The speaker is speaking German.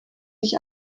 sich